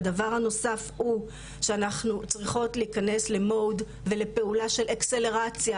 הדבר הנוסף הוא שאנחנו צריכות להכנס ל- MOOD ולפעולה של אקסלרציה.